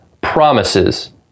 promises